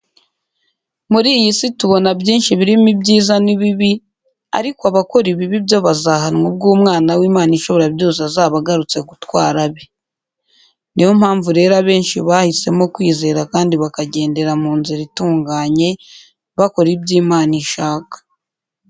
Muri iyi si tubona byinshi birimo ibyiza n'ibibi, ariko abakora ibibi byo bazahanwa ubwo umwana w'Imana ishobora byose azaba agarutse gutwara abe. Ni yo mpamvu rero abenshi bahisemo kwizera kandi bakagendera mu nzira itunganye, bakora ibyo Imana ishaka.